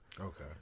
Okay